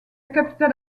capitale